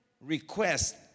request